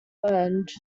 learned